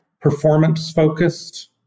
performance-focused